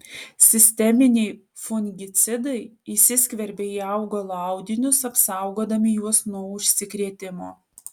sisteminiai fungicidai įsiskverbia į augalo audinius apsaugodami juos nuo užsikrėtimo